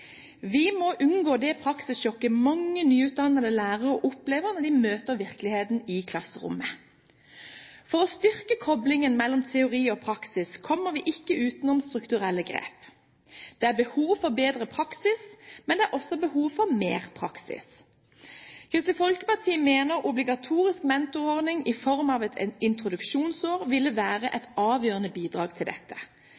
Vi må unngå det praksissjokket mange nyutdannede lærere opplever når de møter virkeligheten i klasserommet. For å styrke koblingen mellom teori og praksis kommer vi ikke utenom strukturelle grep. Det er behov for bedre praksis, men det er også behov for mer praksis. Kristelig Folkeparti mener en obligatorisk mentorordning i form av et introduksjonsår ville være